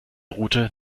route